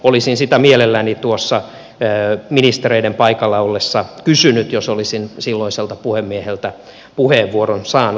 olisin sitä mielelläni tuossa ministereiden paikalla ollessa kysynyt jos olisin silloiselta puhemieheltä puheenvuoron saanut